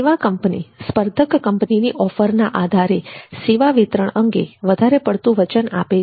સેવા કંપની સ્પર્ધક કંપનીની ઓફરના આધારે સેવા વિતરણ અંગે વધારે પડતું વચન આપે છે